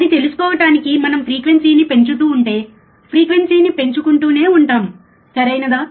అది తెలుసుకోవటానికి మనం ఫ్రీక్వెన్సీని పెంచుతూ ఉంటే ఫ్రీక్వెన్సీని పెంచుకుంటూనే ఉంటాం సరియైనదా